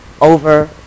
over